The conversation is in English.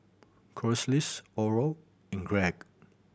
Corliss Oral and Greg